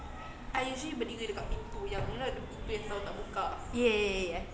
ya ya ya ya ya